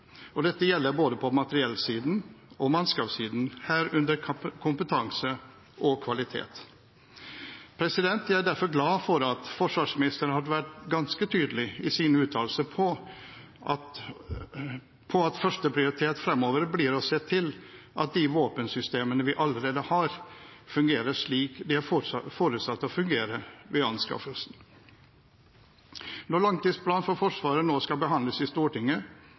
og dette gjelder på både materiellsiden og mannskapssiden, herunder kompetanse og kvalitet. Jeg er derfor glad for at forsvarsministeren har vært ganske tydelig på i sine uttalelser at første prioritet framover blir å se til at de våpensystemene vi allerede har, fungerer slik de ved anskaffelsen var forutsatt å fungere. Når langtidsplanen for Forsvaret nå skal behandles i Stortinget,